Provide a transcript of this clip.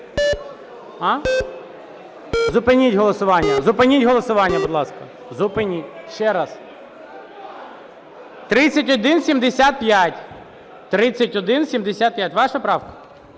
Зупиніть голосування, будь ласка. Ще раз. 3175. 3175 – ваша правка?